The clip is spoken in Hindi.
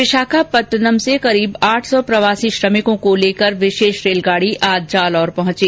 विशाखापटनम से लगभग आठ सौ प्रवासी श्रमिकों को लेकर विशेष रेल गाडी आज जालौर पहुंची